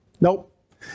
Nope